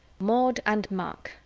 maud and mark,